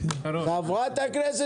בבקשה.